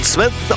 Smith